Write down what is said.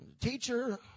Teacher